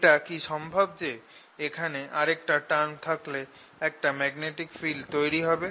এটা কি সম্ভব যে এখানে আরেকটা টার্ম থাকলেএকটা ম্যাগনেটিক ফিল্ড তৈরি হবে